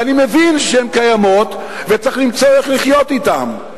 ואני מבין שהן קיימות וצריך למצוא איך לחיות אתן.